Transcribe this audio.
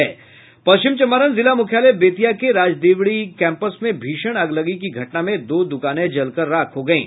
पश्चिम चम्पारण जिला मुख्यालय बेतिया के राजदेवढ़ी कैम्पस में भीषण अगलगी की घटना में दो दुकाने जल कर राख हो गयी